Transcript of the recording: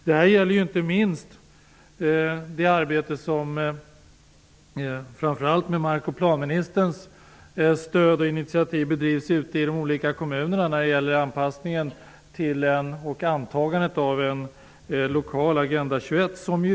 Det gäller inte minst det arbete som -- framför allt med mark och planministerns stöd och initiativ -- bedrivs ute i kommunerna i fråga om anpassningen till och antagandet av en lokal Agenda 21.